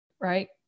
right